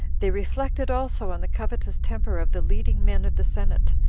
they reflected also on the covetous temper of the leading men of the senate,